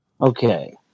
Okay